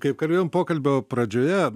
kaip kalbėjom pokalbio pradžioje